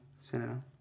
senator